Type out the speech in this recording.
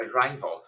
arrival